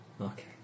Okay